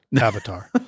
avatar